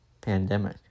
pandemic